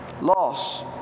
loss